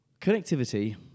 connectivity